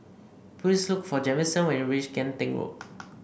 please look for Jamison when you reach Kian Teck Road